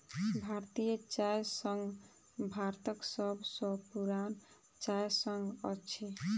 भारतीय चाय संघ भारतक सभ सॅ पुरान चाय संघ अछि